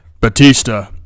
Batista